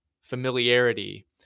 familiarity